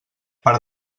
per